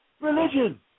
Religion